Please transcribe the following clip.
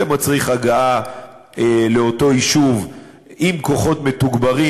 זה מצריך הגעה לאותו יישוב עם כוחות מתוגברים,